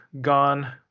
gone